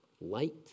Light